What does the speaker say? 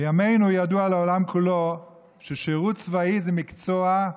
בימינו ידוע לעולם כולו ששירות צבאי זה מקצוע,